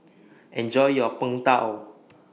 Enjoy your Png Tao